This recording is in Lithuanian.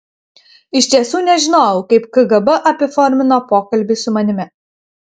iš tiesų nežinojau kaip kgb apiformino pokalbį su manimi